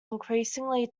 increasingly